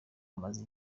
amaze